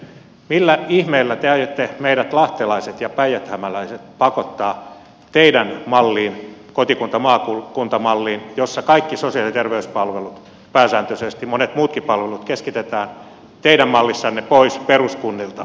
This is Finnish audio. millä ihmeellä te aiotte meidät lahtelaiset ja päijäthämäläiset pakottaa teidän malliinne kotikuntamaakunta malliin jossa kaikki sosiaali ja terveyspalvelut pääsääntöisesti monet muutkin palvelut keskitetään pois peruskunnilta